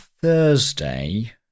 Thursday